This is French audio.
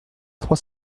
trois